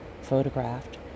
photographed